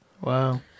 Wow